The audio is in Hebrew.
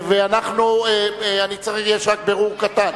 יש רק בירור קטן.